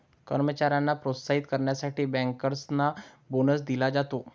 कर्मचाऱ्यांना प्रोत्साहित करण्यासाठी बँकर्सना बोनस दिला जातो